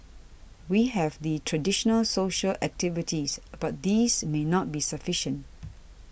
we have the traditional social activities but these may not be sufficient